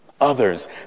Others